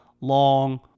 long